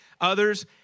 Others